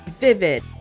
vivid